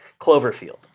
Cloverfield